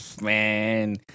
man